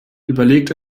überlegt